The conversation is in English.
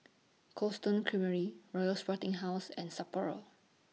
Cold Stone Creamery Royal Sporting House and Sapporo